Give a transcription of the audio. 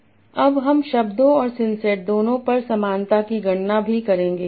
अब हम शब्दों और सिंसेट दोनों पर समानता की गणना भी करेंगे